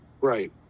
Right